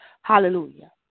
Hallelujah